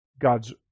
God's